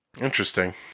Interesting